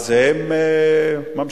אז הם ממשיכים,